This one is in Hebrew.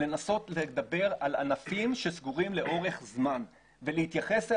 לנסות לדבר על ענפים שסגורים לאורך זמן ולהתייחס אל